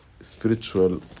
spiritual